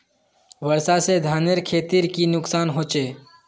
वर्षा से धानेर खेतीर की नुकसान होचे?